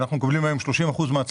30 אחוזים הם מהצבא.